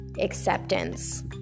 acceptance